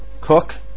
cook